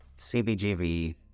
CBGV